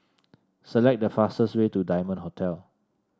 select the fastest way to Diamond Hotel